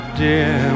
dear